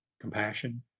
compassion